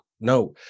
no